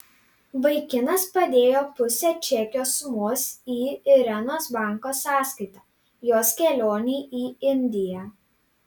vaikinas padėjo pusę čekio sumos į irenos banko sąskaitą jos kelionei į indiją